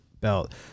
belt